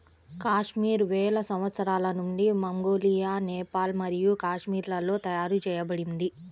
కాశ్మీర్ వేల సంవత్సరాల నుండి మంగోలియా, నేపాల్ మరియు కాశ్మీర్లలో తయారు చేయబడింది